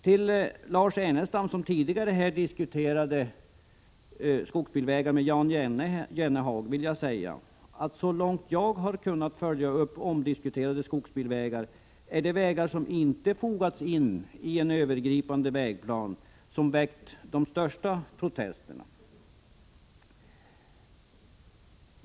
Till Lars Ernestam, som tidigare diskuterade skogsbilvägar med Jan Jennehag, vill jag säga att jag så långt jag har kunnat följa upp frågan om de omdiskuterade skogsbilvägarna har funnit att det är de vägar som inte har fogats in i en övergripande vägplan som har väckt de största protesterna.